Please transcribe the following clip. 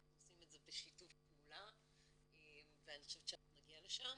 אנחנו עושים את זה בשיתוף פעולה ואני חושבת שאנחנו נגיע לשם.